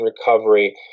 recovery